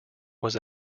was